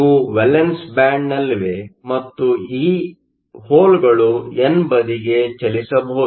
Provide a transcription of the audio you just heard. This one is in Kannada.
ಇವು ವೇಲೆನ್ಸ್ ಬ್ಯಾಂಡ್Valence bandನಲ್ಲಿವೆ ಮತ್ತು ಈ ಹೋಲ್ಗಳು ಎನ್ ಬದಿಗೆ ಚಲಿಸಬಹುದು